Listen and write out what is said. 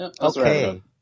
Okay